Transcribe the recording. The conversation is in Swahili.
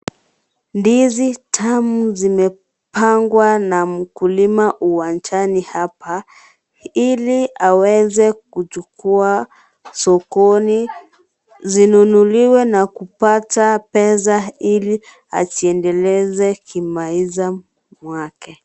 Ndizi tamu zimepangwa na mkulima uwanjani hapa hili aweze kuchukua sokoni zinunuliwe na kupata pesa hilo ajiendeleze kimaisha mwake.